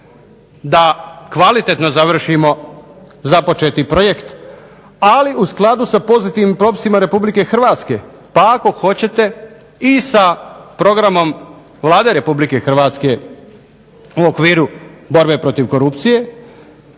da kvalitetno završimo započeti projekt ali u skladu sa pozitivnim propisima RH, pa ako hoćete i sa programom Vlade RH u okviru borbe protiv korupcije,